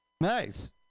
Nice